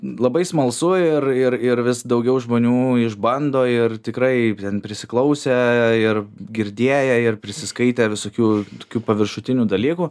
labai smalsu ir ir ir vis daugiau žmonių išbando ir tikrai ten prisiklausę ir girdėję ir prisiskaitę visokių tokių paviršutinių dalykų